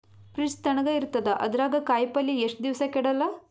Fridge ತಣಗ ಇರತದ, ಅದರಾಗ ಕಾಯಿಪಲ್ಯ ಎಷ್ಟ ದಿವ್ಸ ಕೆಡಲ್ಲ?